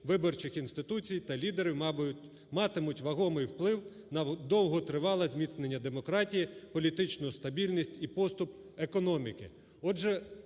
виборчих інституцій та лідерів матимуть вагомий вплив на довготривале зміцнення демократії, політичну стабільність і поступ економіки".